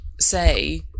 say